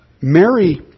Mary